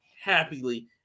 happily